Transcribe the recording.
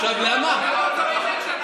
עכשיו, למה?